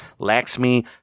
Laxmi